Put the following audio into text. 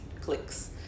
clicks